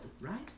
right